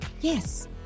Yes